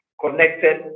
connected